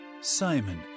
Simon